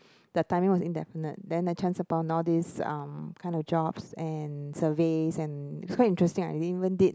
the timing was indefinite then I chanced upon all these um kind of jobs and surveys and so interesting I even did